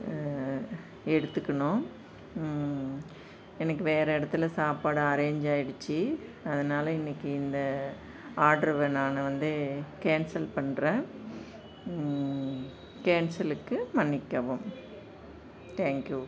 எடுத்துக்கணும் எனக்கு வேறு இடத்துல சாப்பாடு அரேஞ்ச் ஆயிடுச்சு அதனால இன்றைக்கு இந்த ஆர்ட்ரு வேணாம்னு வந்து கேன்சல் பண்ணுறேன் கேன்சலுக்கு மன்னிக்கவும் தேங்க்யூ